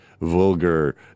vulgar